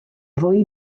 fwy